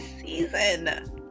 season